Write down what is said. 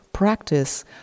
practice